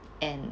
and